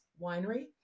Winery